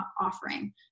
offering